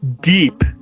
deep